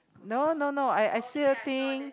no no no I I still think